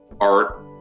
art